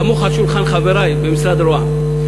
סמוך על שולחן חברי במשרד רוה"מ.